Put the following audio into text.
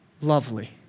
lovely